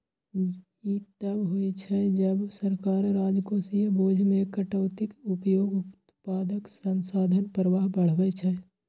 ई तब होइ छै, जब सरकार राजकोषीय बोझ मे कटौतीक उपयोग उत्पादक संसाधन प्रवाह बढ़बै छै